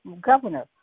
governor